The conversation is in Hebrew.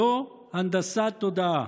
זו הנדסת תודעה.